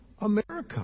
America